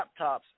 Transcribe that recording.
laptops